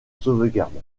sauvegarde